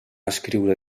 escriure